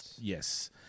Yes